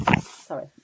sorry